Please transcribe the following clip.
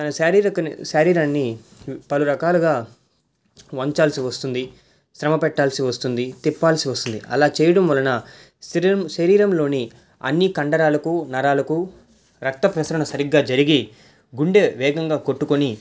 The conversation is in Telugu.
తన శారీరిక శారీరాన్ని పలురకాలుగా వంచాల్సి వస్తుంది శ్రమ పెట్టాల్సి వస్తుంది తిప్పాల్సి వస్తుంది అలా చేయడం వలన శరీరం శరీరంలోని అన్ని కండరాలకు నరాలకు రక్తప్రసరణ సరిగ్గా జరిగి గుండె వేగంగా కొట్టుకోని